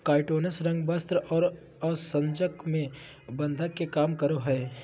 काइटोनस रंग, वस्त्र और आसंजक में बंधक के काम करय हइ